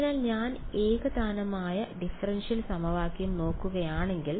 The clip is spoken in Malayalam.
അതിനാൽ ഞാൻ ഏകതാനമായ ഡിഫറൻഷ്യൽ സമവാക്യം നോക്കുകയാണെങ്കിൽ